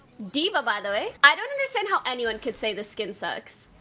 diva by the way, i don't understand how anyone could say the skin sucks